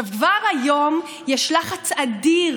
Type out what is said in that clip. כבר היום יש לחץ אדיר